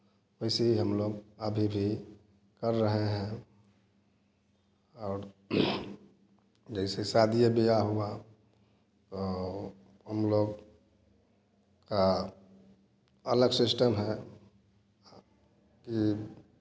वैसे ही हम लोग अभी भी कर रहे हैं और जैसे शादी ब्याह हुआ तो हम लोग का अलग सिस्टम है कि